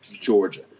Georgia